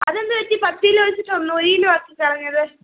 അത് എന്ത് പറ്റി പത്ത് കിലോ വെച്ചിട്ട് ഒന്ന് ഒരു കിലോ ആക്കി കളഞ്ഞത്